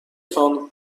تان